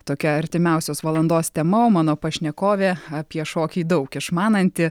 tokia artimiausios valandos tema o mano pašnekovė apie šokį daug išmananti